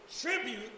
tribute